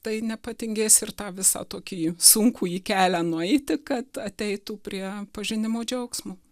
tai nepatingės ir tą visą tokį sunkųjį kelią nueiti kad ateitų prie pažinimo džiaugsmo